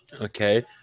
Okay